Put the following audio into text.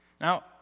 Now